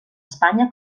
espanya